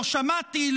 "לא שמעתי",